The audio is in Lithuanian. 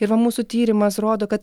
ir va mūsų tyrimas rodo kad